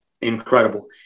incredible